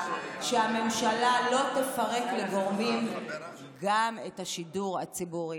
שהממשלה לא תפרק לגורמים גם את השידור הציבורי.